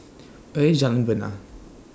Where IS Jalan Bena